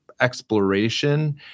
exploration